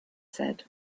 said